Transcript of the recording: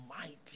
mighty